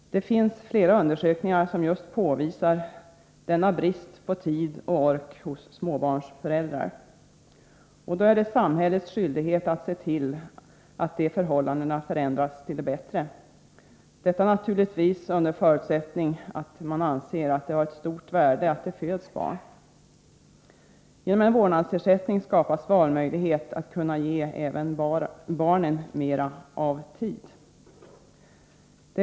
Det finns flera undersökningar som just påvisar denna brist på tid och ork hos småbarnsföräldrar. Då är det samhällets skyldighet att se till att förhållandena förändras till det bättre — detta naturligtvis under förutsättning att man anser att det har ett stort värde att det föds barn. Genom en vårdnadsersättning skapas möjlighet att ge även barnen mera av tid.